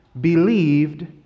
Believed